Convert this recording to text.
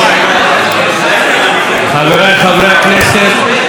חבריי חברי הכנסת,